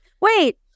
wait